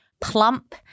plump